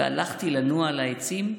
והלכתי לנוע על העצים.